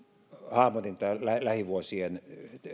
hahmotin lähivuosien